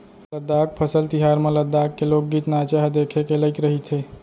लद्दाख फसल तिहार म लद्दाख के लोकगीत, नाचा ह देखे के लइक रहिथे